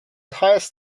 highest